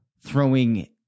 throwing